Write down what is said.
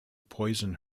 poison